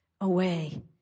away